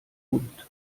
hund